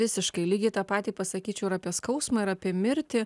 visiškai lygiai tą patį pasakyčiau ir apie skausmą ir apie mirtį